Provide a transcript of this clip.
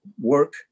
work